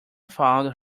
found